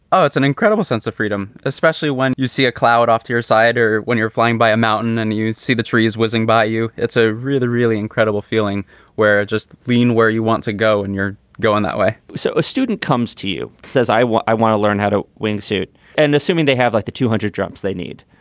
oh, it's an incredible sense of freedom, especially when you see a cloud off to your side or when you're flying by a mountain and you you see the trees whizzing by you. it's a really, really incredible feeling where i just lean, where you want to go and you're going that way so a student comes to you, says, i want i want to learn how to wingsuit and assuming they have like the two hundred jumps they need.